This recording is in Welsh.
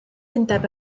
undeb